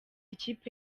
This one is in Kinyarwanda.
ikipe